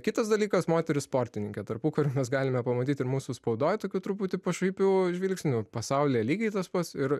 kitas dalykas moteris sportininkė tarpukariu mes galime pamatyti ir mūsų spaudoj tokių truputį pašaipių žvilgsnių pasaulyje lygiai tas pats ir